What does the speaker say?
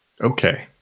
Okay